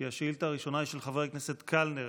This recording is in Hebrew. כי השאילתה הראשונה היא של חבר הכנסת קלנר.